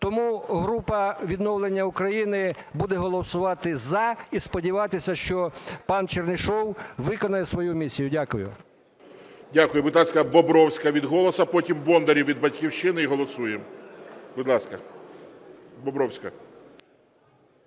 Тому група "Відновлення України" буде голосувати "за" і сподіватися, що пан Чернишов виконає свою місію. Дякую. ГОЛОВУЮЧИЙ. Дякую. Будь ласка, Бобровська від "Голосу", потім – Бондарєв від "Батьківщини" і голосуємо. Будь ласка, Бобровська.